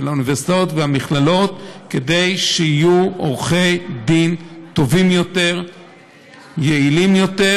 האוניברסיטאות והמכללות כדי שיהיו עורכי דין טובים יותר ויעילים יותר,